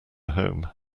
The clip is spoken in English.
home